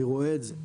ואני רואה את זה,